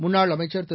முன்னாள் அமைச்சர் திரு